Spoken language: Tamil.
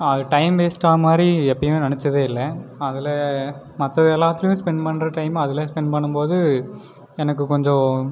டைம் வேஸ்ட் ஆவுமாரி எப்பையும் நினச்சதே இல்லை அதில் மற்றது எல்லாத்துலையும் ஸ்பென்ட் பண்ணுற டைம் அதில் ஸ்பென்ட் பண்ணும்போது எனக்கு கொஞ்சம்